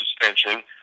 suspension